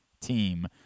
team